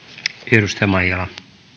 arvoisa